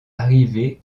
arriver